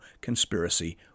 conspiracy